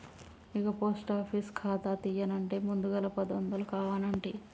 ఇగో post office ఖాతా తీయన్నంటే ముందుగల పదొందలు కావనంటి